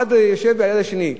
אחד יושב ליד השני,